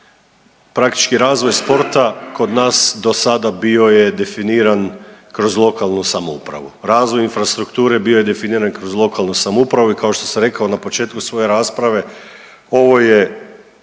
praktički razvoj sporta kod nas do sada bio je definiran kroz lokalnu samoupravu. Razvoj infrastrukture bio je definiran kroz lokalnu samoupravu. I kao što sam rekao na početku svoje rasprave ovo je